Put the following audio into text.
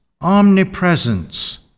omnipresence